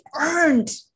earned